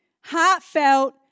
Heartfelt